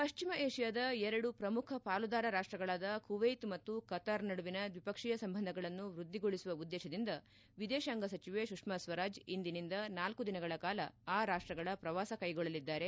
ಪಶ್ಲಿಮ ವಿಷ್ಣಾದ ಎರಡು ಪ್ರಮುಖ ಪಾಲುದಾರ ರಾಷ್ಸಗಳಾದ ಕುವ್ಲೆತ್ ಮತ್ತು ಕತಾರ್ ನಡುವಿನ ದ್ವೀಪಕ್ಷೀಯ ಸಂಬಂಧಗಳನ್ನು ವೃದ್ದಿಗೊಳಸುವ ಉದ್ದೇಶದಿಂದ ವಿದೇತಾಂಗ ಸಚಿವೆ ಸುಷ್ಕಾ ಸ್ವರಾಜ್ ಇಂದಿನಿಂದ ನಾಲ್ಕು ದಿನಗಳ ಕಾಲ ಆ ರಾಷ್ಟಗಳ ಪ್ರವಾಸ ಕೈಗೊಳ್ಳಲಿದ್ದಾರೆ